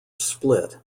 split